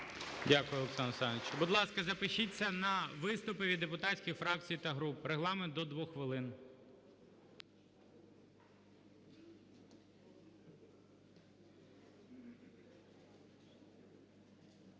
Дякую, Олександре Олександровичу. Будь ласка, запишіться на виступи від депутатських фракцій та груп. Регламент до 2 хвилин.